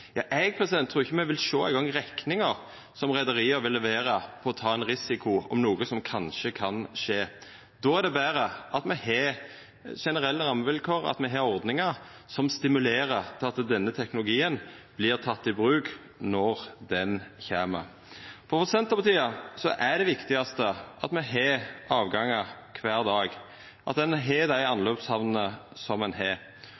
Eg trur ikkje eingong me vil sjå rekninga som reiarlaga vil levera for å ta ein risiko om noko som kanskje kan skje. Då er det betre at me har generelle rammevilkår, at me har ordningar som stimulerer til at denne teknologien vert teken i bruk når han kjem. For Senterpartiet er det viktigaste at me har avgangar kvar dag, at ein har dei anløpshamnene som ein har.